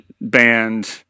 band